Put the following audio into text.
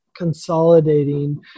consolidating